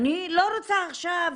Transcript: אני לא רוצה עכשיו,